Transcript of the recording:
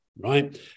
right